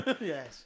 Yes